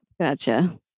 gotcha